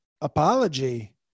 apology